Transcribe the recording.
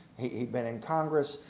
he'd he'd been in congress,